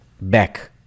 back